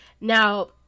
Now